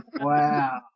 Wow